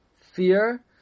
fear